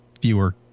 fewer